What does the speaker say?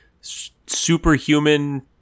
superhuman